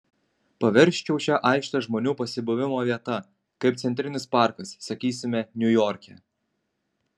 paversčiau šią aikštę žmonių pasibuvimo vieta kaip centrinis parkas sakysime niujorke